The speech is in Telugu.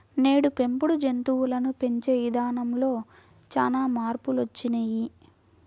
నేడు పెంపుడు జంతువులను పెంచే ఇదానంలో చానా మార్పులొచ్చినియ్యి